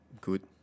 Good